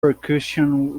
percussion